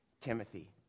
Timothy